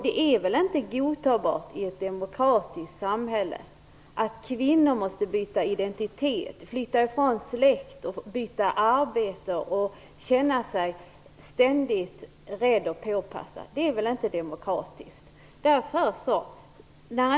Det är väl inte godtagbart i ett demokratiskt samhälle att kvinnor måste byta identitet, flytta från släkt, byta arbete och känna sig ständigt rädda och påpassade. Det är väl inte demokratiskt.